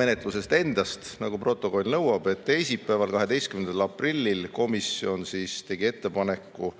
menetlusest endast, nagu protokoll nõuab. Teisipäeval, 12. aprillil komisjon tegi ettepaneku